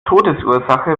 todesursache